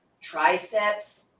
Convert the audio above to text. triceps